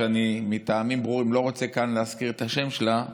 שאני מטעמים ברורים לא רוצה כאן להזכיר את השם שלה,